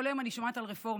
כל יום אני שומעת על רפורמות.